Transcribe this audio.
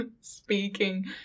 speaking